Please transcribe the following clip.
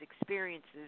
experiences